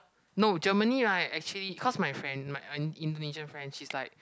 no Germany right actually cause my friend my uh Indonesian friend she's like